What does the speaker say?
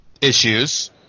issues